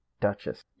Duchess